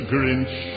Grinch